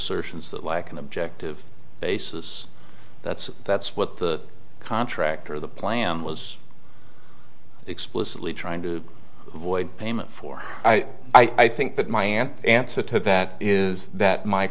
surgeons that like an objective basis that's that's what the contract or the plan was explicitly trying to avoid payment for i i think that my aunt answer to that is that my